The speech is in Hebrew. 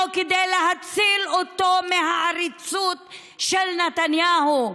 כדי להציל אותנו מהעריצות של נתניהו,